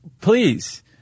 Please